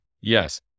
Yes